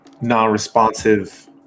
non-responsive